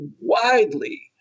widely